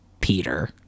Peter